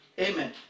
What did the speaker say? Amen